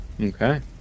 Okay